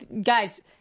guys